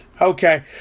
Okay